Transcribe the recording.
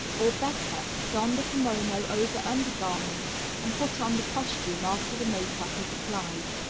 or better, don the kimono over undergarments and put on the costume after the makeup is applied.